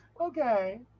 okay